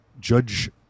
Judge